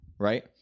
right